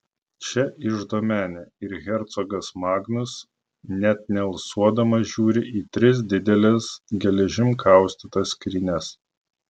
čia iždo menė ir hercogas magnus net nealsuodamas žiūri į tris dideles geležim kaustytas skrynias